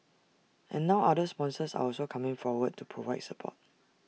and now other sponsors are also coming forward to provide support